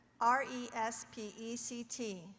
R-E-S-P-E-C-T